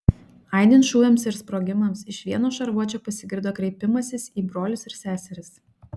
aidint šūviams ir sprogimams iš vieno šarvuočio pasigirdo kreipimasis į brolius ir seseris